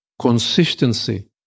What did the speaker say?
consistency